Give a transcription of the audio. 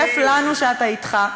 כיף לנו שאתה אתך,